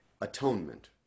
atonement